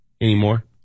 anymore